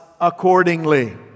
accordingly